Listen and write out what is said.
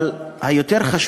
אבל חשוב יותר,